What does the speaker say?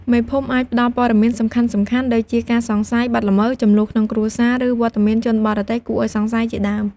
មេភូមិអាច ផ្ដល់ព័ត៌មានសំខាន់ៗ ដូចជាការសង្ស័យបទល្មើស ជម្លោះក្នុងគ្រួសារ ឬវត្តមានជនបរទេសគួរឱ្យសង្ស័យជាដើម។